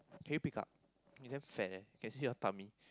can you pick up you damn fat leh can see your tummy